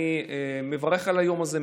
אני מברך על היום הזה,